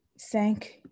Thank